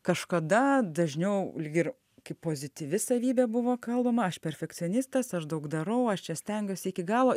kažkada dažniau lyg ir kaip pozityvi savybė buvo kalbama aš perfekcionistas aš daug darau aš čia stengiuosi iki galo